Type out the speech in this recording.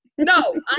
No